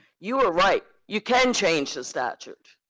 you are right, you can change the statute.